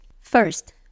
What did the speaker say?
First